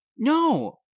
No